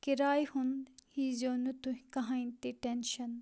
کراے ہُنٛد ہے زیو نہٕ تُہۍ کَہیٖنۍ تہِ ٹیٚنشَن